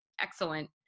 excellent